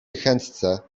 chętce